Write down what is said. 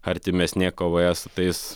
artimesnėje kovoje su tais